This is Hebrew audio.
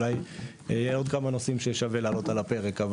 אולי יהיה עוד כמה נושאים שיהיה שווה לעלות העל הפרק.